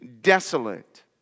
Desolate